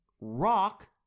rock